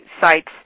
sites